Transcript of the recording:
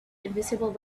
invisible